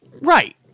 Right